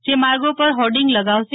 જે માર્ગો પર હોડિંગ લગાવશે